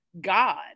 God